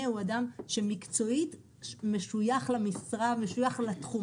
הוא אדם שמקצועית משויך למשרה ולתחום.